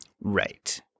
Right